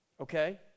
Okay